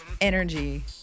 energy